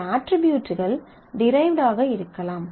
சில அட்ரிபியூட்கள் டிரைவ்ட் ஆக இருக்கலாம்